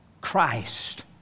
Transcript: Christ